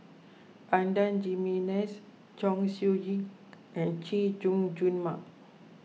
Adan Jimenez Chong Siew Ying and Chay Jung Jun Mark